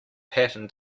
pattern